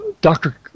Dr